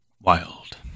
Wild